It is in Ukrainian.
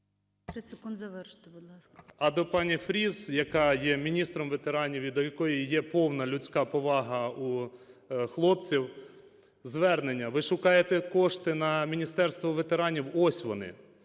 30 секунд завершити, будь ласка. КИШКАР П.М. А до пані Фріз, яка є міністром ветеранів і до якої є повна людська повага, у хлопців звернення: ви шукаєте кошти на Міністерство ветеранів – ось вони,